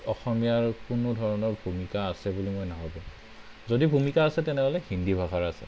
অসমীয়াৰ আৰু কোনো ধৰণৰ ভূমিকা আছে বুলি মই নাভাবোঁ যদি ভূমিকা আছে তেনেহ'লে হিন্দী ভাষাৰ আছে